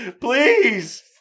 Please